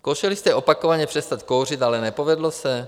Zkoušeli jste opakovaně přestat kouřit, ale nepovedlo se?